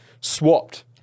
swapped